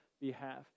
behalf